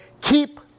keep